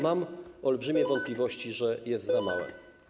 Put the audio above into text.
Mam olbrzymie wątpliwości, że jest za małe.